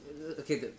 Okay